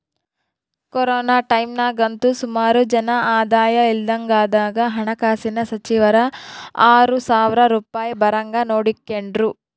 corona ಟೈಮ್ನಾಗಂತೂ ಸುಮಾರು ಜನ ಆದಾಯ ಇಲ್ದಂಗಾದಾಗ ಹಣಕಾಸಿನ ಸಚಿವರು ಆರು ಸಾವ್ರ ರೂಪಾಯ್ ಬರಂಗ್ ನೋಡಿಕೆಂಡ್ರು